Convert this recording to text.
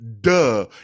duh